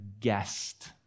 guest